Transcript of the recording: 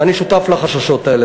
ואני שותף לחששות האלה.